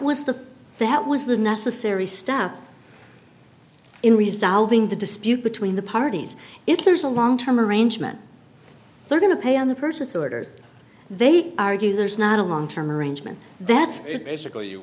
was the that was the necessary step in resolving the dispute between the parties if there is a long term arrangement they're going to pay on the purchase orders they argue there's not a long term arrangement that it's basically you